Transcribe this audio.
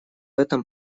этом